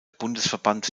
bundesverband